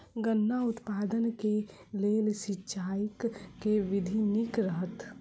गन्ना उत्पादन केँ लेल सिंचाईक केँ विधि नीक रहत?